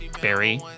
Barry